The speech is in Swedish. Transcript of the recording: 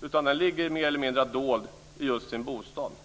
Den ligger mer eller mindre dold i just bostaden.